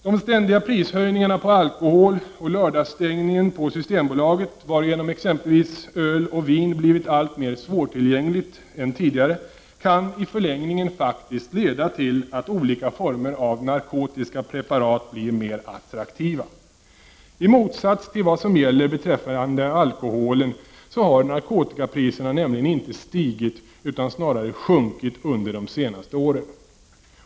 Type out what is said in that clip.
De ständiga prishöjningarna på alkohol samt lördagsstängningen på systembolaget, varigenom exempelvis öl och vin blivit mer svårtillgängligt än tidigare, kan i förlängningen faktiskt leda till att olika former av narkotiska preparat blir mer attraktiva. I motsats till vad som gäller beträffande alkoholen, har narkotikapriserna nämligen inte stigit utan snarare sjunkit under de senaste åren.